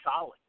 solid